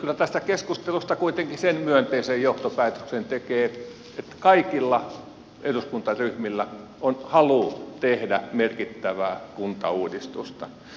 kyllä tästä keskustelusta kuitenkin sen myönteisen johtopäätöksen tekee että kaikilla eduskuntaryhmillä on halu tehdä merkittävää kuntauudistusta